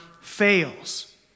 fails